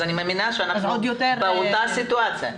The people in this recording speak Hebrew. אז אני מאמינה שאנחנו באותה סיטואציה.